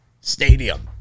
stadium